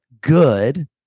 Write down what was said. good